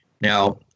Now